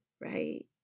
right